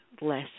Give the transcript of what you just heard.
less